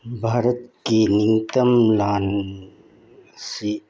ꯚꯥꯔꯠꯀꯤ ꯅꯤꯡꯇꯝ ꯂꯥꯟꯁꯤ